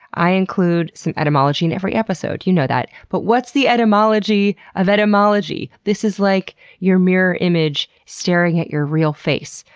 i include some etymology in every episode, you know that. but what's the etymology of etymology? this is like your mirror image staring at your real face.